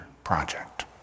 project